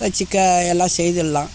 வைச்சுக்க எல்லாம் செய்துடலாம்